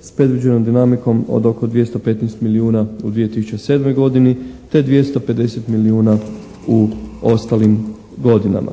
s predviđenom dinamikom od oko 215 milijuna u 2007. godini te 250 milijuna u ostalim godinama.